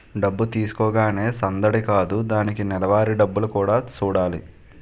డబ్బు తీసుకోగానే సందడి కాదు దానికి నెలవారీ డబ్బులు కూడా సూడాలి